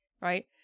right